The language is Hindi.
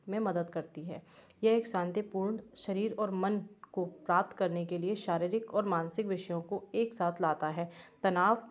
में मदत करती है यह एक शांतिपूर्ण शरीर और मन को प्राप्त करने के लिए शारीरिक और मानसिक विषयों को एक साथ लाता है तनाव